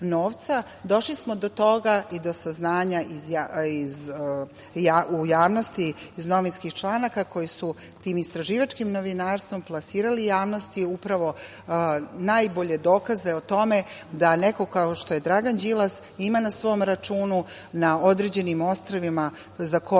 došli smo do toga i do saznanja u javnosti, iz novinskih članaka, kojim su tim istraživačkim novinarstvom plasirali javnosti najbolje dokaze o tome da neko kao što je Dragan Đilas ima na svom računu, na određenim ostrvima za koja